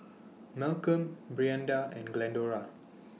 Malcolm Brianda and Glendora